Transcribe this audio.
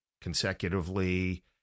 consecutively